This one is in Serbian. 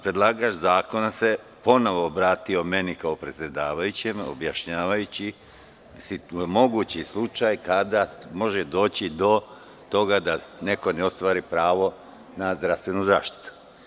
Predlagač zakona se ponovo vratio meni kao predsedavajućem objašnjavajući mogući slučaj kada može doći do toga da neko ne ostvari pravo na zdravstvenu zaštitu.